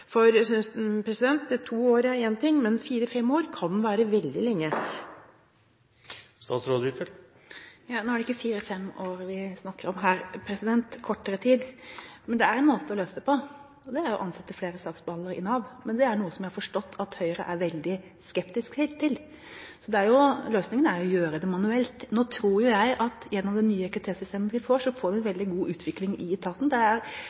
to år er én ting, men fire–fem år kan være veldig lenge. Nå er det ikke fire–fem år vi snakker om her, det er kortere tid. Det er en måte å løse dette på, og det er å ansette flere saksbehandlere i Nav, men det er noe som jeg har forstått at Høyre er veldig skeptisk til. Løsningen er å gjøre det manuelt. Nå tror jeg at gjennom det nye IKT-systemet vi får, får vi en veldig god utvikling i etaten.